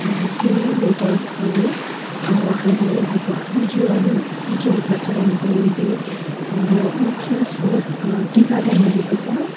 T लेबरहरू उहाँहरूले अब आफ्नो जीवन जीविका चलाउनको निम्ति हाम्रो मुख्य स्रोत टी गार्डन रहेको छ